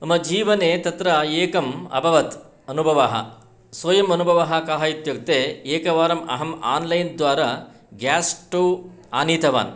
मम जीवने तत्र एकम् अभवत् अनुभवः स्वयम् अनुभवः कः इत्युक्ते एकवारम् अहम् आन्लैन् द्वारा ग्यास् स्टोव् आनीतवान्